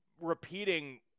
repeating